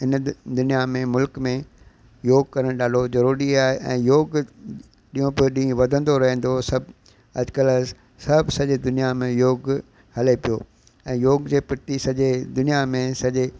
इन दु दुनिया में मुल्क में योग करणु ॾाढो ज़रूरी आहे ऐं योग ॾींहों पोइ ॾींहं वधंदो रहंदो सभु अॼुकल्ह सभु सॼे दुनिया में योग हले पियो ऐं योग जे प्रति सॼे दुनिया में सॼे